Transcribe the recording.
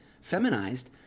feminized